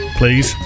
please